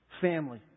family